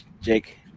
jake